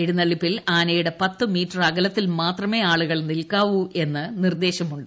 എച്ചുന്നള്ളിപ്പിൽ ആനയുടെ പത്തു മീറ്റർ അകലത്തിൽ മാത്രമേ ്ആളു്കൾ നിൽക്കാവൂ എന്ന് നിർദ്ദേശമുണ്ട്